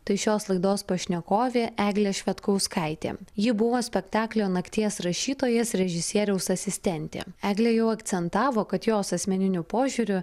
tai šios laidos pašnekovė eglė švedkauskaitė ji buvo spektaklio nakties rašytojas režisieriaus asistentė eglė jau akcentavo kad jos asmeniniu požiūriu